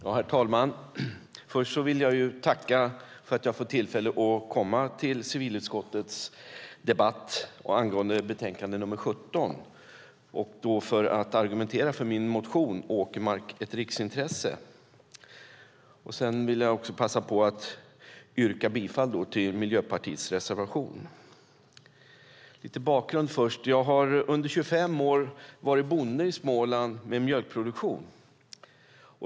Herr talman! Först vill jag tacka för att jag har fått tillfälle att delta i debatten om civilutskottets betänkande CU17 för att argumentera för min motion Åkermark - ett riksintresse . Sedan vill jag yrka bifall till Miljöpartiets reservation. Jag ska ge lite bakgrund först. Jag har under 25 år varit bonde i Småland med mjölkproduktion.